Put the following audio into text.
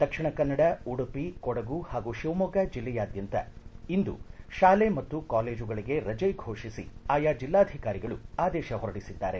ದಕ್ಷಿಣ ಕನ್ನಡ ಉಡುಪಿ ಕೊಡಗು ಹಾಗೂ ಶಿವಮೊಗ್ಗಾ ಜಿಲ್ಲೆಯಾದ್ದಂತ ಇಂದು ಶಾಲೆ ಮತ್ತು ಕಾಲೇಜುಗಳಿಗೆ ರಜೆ ಘೋಷಿಸಿ ಆಯಾ ಜಿಲ್ಲಾಧಿಕಾರಿಗಳು ಆದೇಶ ಹೊರಡಿಸಿದ್ದಾರೆ